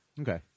Okay